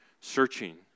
searching